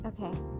Okay